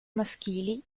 maschili